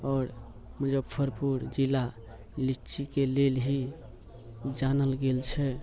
आओर मुजफ्फरपुर जिला लीचीके लेल ही जानल गेल छै